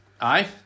aye